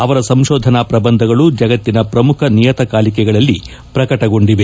ಅವರ ಸಂಶೋಧನಾ ಪ್ರಬಂಧಗಳು ಜಗತ್ತಿನ ಪ್ರಮುಖ ನಿಯತಕಾಲಿಕೆಗಳಲ್ಲಿ ಪ್ರಕಟಗೊಂಡಿದೆ